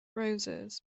roses